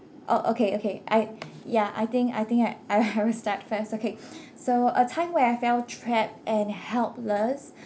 oh okay okay I ya I think I think I I will start first okay so a time where I felt trapped and helpless